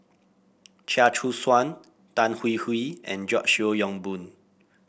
Chia Choo Suan Tan Hwee Hwee and George Yeo Yong Boon